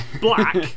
black